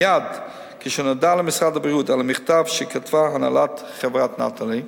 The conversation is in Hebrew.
מייד כשנודע למשרד הבריאות על המכתב שכתבה הנהלת חברת "נטלי"